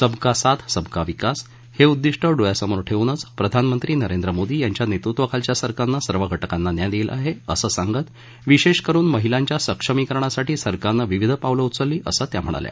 सबका साथ सबका विकास हे उद्दिष्ट डोळ्यासमोर ठेऊनचं प्रधानमंत्री नरेंद्र मोदी यांच्या नेतृत्वाखालील सरकारनं सर्व घटकांना न्याय दिला आहे असं सांगत विशेष करून महिलांच्या सक्षमीकरणासाठी सरकारनं विविध पावलं उचलली असं त्या म्हणाल्या